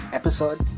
episode